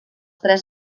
tres